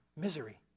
misery